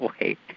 wait